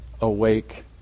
awake